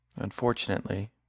unfortunately